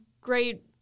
great